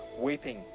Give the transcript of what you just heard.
weeping